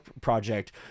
project